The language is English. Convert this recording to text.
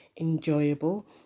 enjoyable